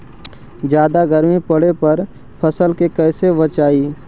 जादा गर्मी पड़े पर फसल के कैसे बचाई?